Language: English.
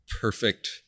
perfect